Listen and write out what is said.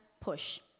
push